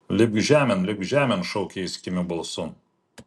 lipk žemėn lipk žemėn šaukė jis kimiu balsu